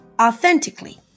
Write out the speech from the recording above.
authentically